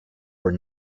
were